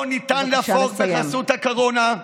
לא ניתן להפוך, בחסות הקורונה,